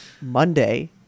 Monday